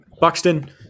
Buxton